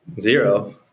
Zero